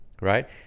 right